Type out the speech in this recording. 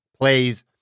plays